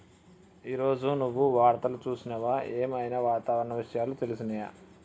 ఈ రోజు నువ్వు వార్తలు చూసినవా? ఏం ఐనా వాతావరణ విషయాలు తెలిసినయా?